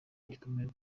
gikomeye